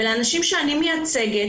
ועל האנשים שאני מייצגת,